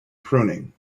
pruning